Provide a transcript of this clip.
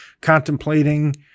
contemplating